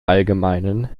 allgemeinen